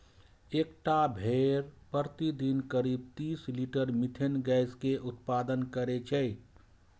एकटा भेड़ प्रतिदिन करीब तीस लीटर मिथेन गैस के उत्पादन करै छै